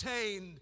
obtained